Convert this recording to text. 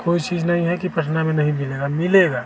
कोई चीज़ नहीं है कि पटना में नहीं मिलेगी मिलेगी